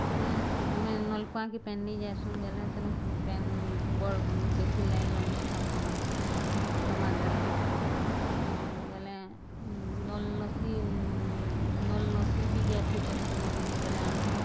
ଆମେ ଆମେ ନଲ୍କଆଁ ପାଏନ୍ ନେଇଯାଏସୁଁ ବେଲେ ସେନୁ ପାଏନ୍ ବଡ଼୍ ବେଶୀ ଲାଇନ୍ ଲମିଥିସନ୍ ସମସ୍ତେ ଲମା ଧାଡ଼ିଥିସି ବେଲେ ନଲ୍ ନସି ନଲ୍ ନସି ବି ଯାଏସି ଥରେ ଦିନେ ଦିନେ ବେଲେ ଆମ୍କୁ